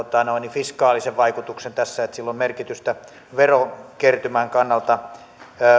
fiskaalisen vaikutuksen että sillä on merkitystä verokertymän kannalta